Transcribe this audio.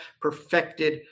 perfected